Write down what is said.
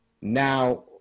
Now